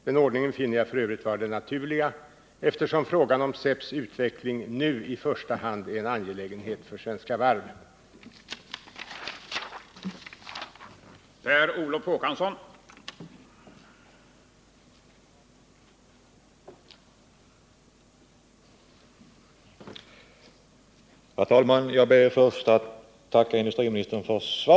Den ordningen finner jag f. ö. vara den naturliga eftersom frågan om SEPS utveckling nu i första hand är en angelägenhet för Svenska Varv AB.